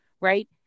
right